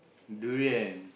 durian